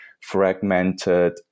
fragmented